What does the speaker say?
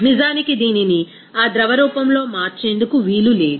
నిజానికి దీనిని ఆ ద్రవ రూపంలో మార్చేందుకు వీలు లేదు